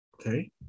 Okay